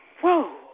whoa